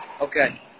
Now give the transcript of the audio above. Okay